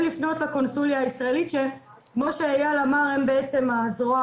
לפנות לקונסוליה הישראלית שכמו שאייל אמר הם בעצם הזרוע